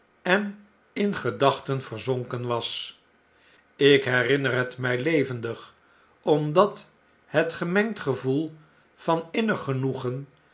en in gedachten verzonken was ik herinner het mij levendig omdat het gemengd gevoel van innig genoegen